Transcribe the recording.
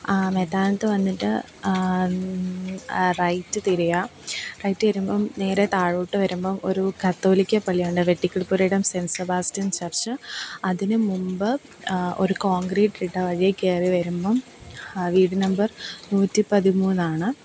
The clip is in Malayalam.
മേത്താനത്ത് വന്നിട്ട് റൈറ്റ് തിരിയുക റൈറ്റ് തിരിയുമ്പം നേരെ താഴോട്ട് വരുമ്പം ഒരു കത്തോലിക്ക പള്ളിയുണ്ട് വെട്ടിക്കൽ പുരയിടം സെൻറ്റ് സെബാസ്റ്റ്യൻ ചർച്ച് അതിന് മുമ്പ് ഒരു കോൺക്രീറ്റിട്ട വഴി കയറി വരുമ്പം വീട് നമ്പർ നൂറ്റി പതിമൂന്നാണ്